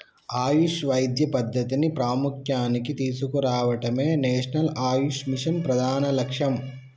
ఆయుష్ వైద్య పద్ధతిని ప్రాముఖ్య్యానికి తీసుకురావడమే నేషనల్ ఆయుష్ మిషన్ ప్రధాన లక్ష్యం